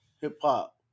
Hip-Hop